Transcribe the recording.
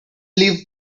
leave